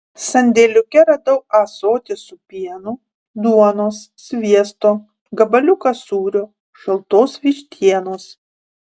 sandėliuke radau ąsotį su pienu duonos sviesto gabaliuką sūrio šaltos vištienos